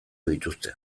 dituzte